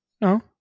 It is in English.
No